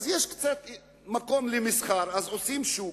יש קצת מקום למסחר, אז עושים שוק.